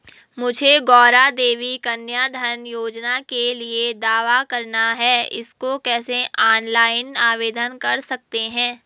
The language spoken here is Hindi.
मुझे गौरा देवी कन्या धन योजना के लिए दावा करना है इसको कैसे ऑनलाइन आवेदन कर सकते हैं?